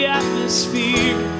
atmosphere